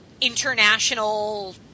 international